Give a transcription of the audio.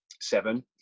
seven